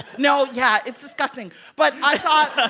no yeah, it's disgusting but i thought. ah